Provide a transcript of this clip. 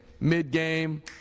Mid-game